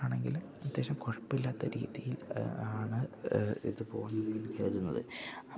നമുക്ക് ആണെങ്കില് അത്യാവശ്യം കൊഴപ്പില്ലാത്ത രീതിയിൽ ആണ് ഇത് പോകുന്നത്ന്ന് കരുതുന്നത് അപ്പം